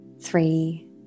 three